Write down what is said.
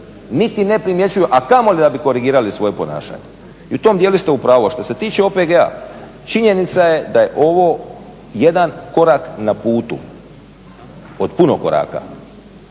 niti ne primjećuju a kamoli da bi korigirali svoje ponašanje i u tom djelu ste u pravu. A što se tiče OPG-a činjenica je da je ovo jedan korak na putu od puno koraka